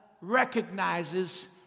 recognizes